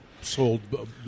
Sold